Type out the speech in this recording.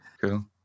Cool